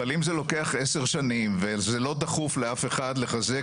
אבל אם זה לוקח עשר שנים וזה לא דחוף לאף אחד לחזק